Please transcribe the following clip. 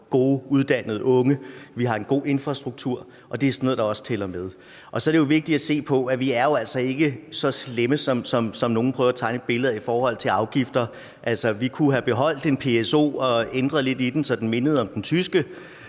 godt uddannede unge, og vi har en god infrastruktur, og det er sådan noget, der også tæller med. Og så er det jo vigtigt at se på, at vi altså ikke er så slemme, som nogle prøver at tegne et billede af, i forhold til afgifter. Vi kunne have beholdt en PSO og ændret lidt i den, så den mindede om den tyske,